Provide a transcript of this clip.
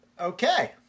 Okay